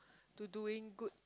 to doing good